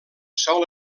sol